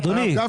אדוני.